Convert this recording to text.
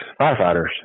firefighters